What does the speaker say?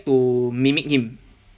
to mimic him